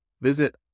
Visit